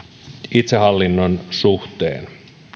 itsehallinnon suhteen